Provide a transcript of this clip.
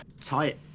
Tight